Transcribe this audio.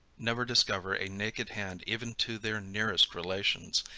never discover a naked hand even to their nearest relations,